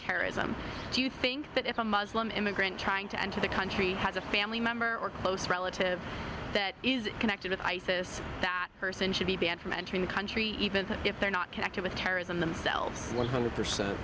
terrorism do you think that if a muslim immigrant trying to enter the country has a family member or close relative that is connected with isis that person should be banned from entering the country even if they're not connected with terrorism themselves o